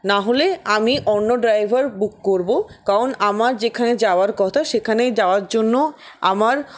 নাহলে আমি অন্য ড্রাইভার বুক করব কারণ আমার যেখানে যাওয়ার কথা সেখানেই যাওয়ার জন্য আমার